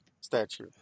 statue